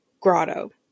grotto